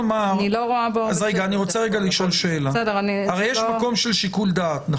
הרי יש מקום של שיקול דעת.